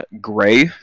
gray